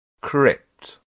crypt